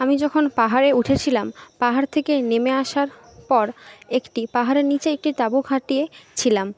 আমি যখন পাহাড়ে উঠেছিলাম পাহাড় থেকে নেমে আসার পর একটি পাহাড়ের নিচে একটি তাঁবু খাটিয়ে ছিলাম